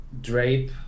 drape